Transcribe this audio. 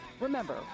Remember